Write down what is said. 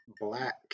Black